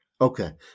Okay